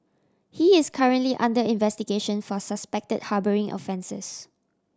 he is currently under investigation for suspect harbouring offences